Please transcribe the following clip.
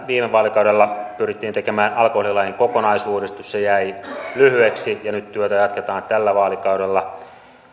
viime vaalikaudella pyrittiin tekemään alkoholilain kokonaisuudistus se jäi lyhyeksi ja nyt työtä jatketaan tällä vaalikaudella